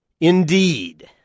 Indeed